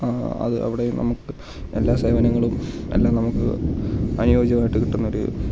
ആ അത് അവിടെയും നമുക്ക് എല്ലാ സേവനങ്ങളും എല്ലാം നമുക്ക് അനുയോജ്യമായിട്ട് കിട്ടുന്നൊരു